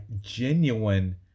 genuine